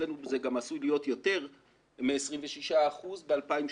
ואצלנו זה גם עשוי להיות יותר מ-26 אחוזים ב-2030.